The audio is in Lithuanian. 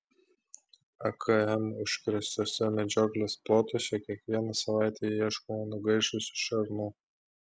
akm užkrėstuose medžioklės plotuose kiekvieną savaitę ieškoma nugaišusių šernų